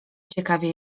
ciekawie